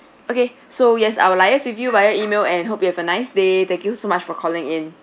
okay so yes I will liase with you via E-mail and hope you have a nice day thank you so much for calling in